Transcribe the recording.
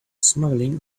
smuggling